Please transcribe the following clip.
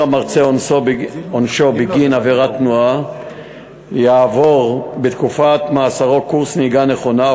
המרצה עונשו בגין עבירת תנועה יעבור בתקופת מאסרו קורס נהיגה נכונה,